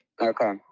okay